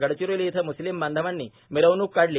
गडचिरोली येथे म्स्लिम बांधवांनी मिरवणूक काढली